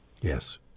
Yes